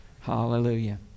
hallelujah